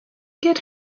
get